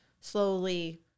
slowly